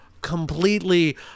completely